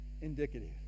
indicative